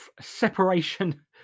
separation